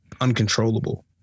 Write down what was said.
uncontrollable